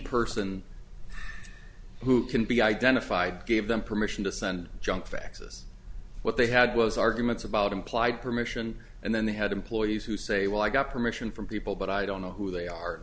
person who can be identified gave them permission to send junk faxes what they had was arguments about implied permission and then they had employees who say well i got permission from people but i don't know who they are